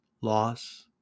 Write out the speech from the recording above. loss